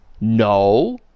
No